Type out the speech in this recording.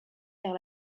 vers